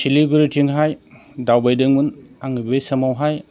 सिलिगुरिथिंहाय दावबायदोंमोन आं बे समावहाय